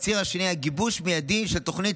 והציר השני היה גיבוש מיידי של תוכנית